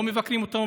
לא מבקרים אותם,